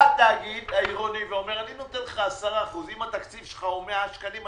התאגיד העירוני אומר אני נותן לך 10%. אם התקציב שלך הוא 100 שקלים,